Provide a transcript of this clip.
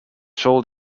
sold